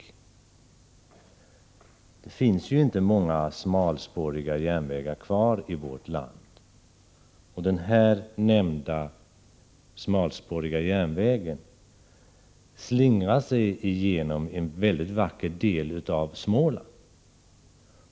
Det finns ju inte många smalspåriga järnvägar kvar i vårt land, och den här nämnda smalspåriga järnvägen slingrar sig igenom en väldigt vacker del av Småland.